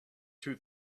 two